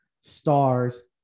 stars